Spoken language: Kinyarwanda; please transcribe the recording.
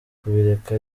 kubireka